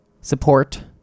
support